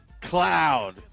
Cloud